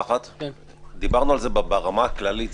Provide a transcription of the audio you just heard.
דיברנו על זה ברמה הכללית,